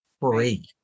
free